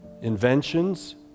inventions